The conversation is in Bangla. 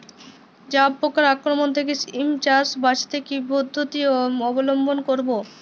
জাব পোকার আক্রমণ থেকে সিম চাষ বাচাতে কি পদ্ধতি অবলম্বন করব?